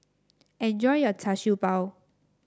enjoy your Char Siew Bao